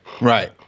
Right